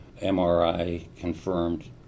MRI-confirmed